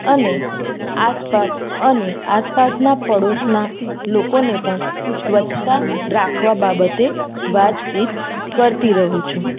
અને આસપાસ અને આસપાસના પાડોશના લોકોને પણ સ્વચ્છતા રાખવા બાબતે વાતચીત કરતી રહું છું